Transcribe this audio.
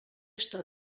està